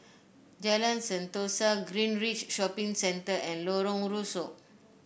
Jalan Sentosa Greenridge Shopping Center and Lorong Rusuk